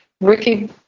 Ricky